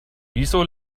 wieso